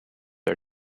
are